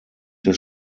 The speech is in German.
des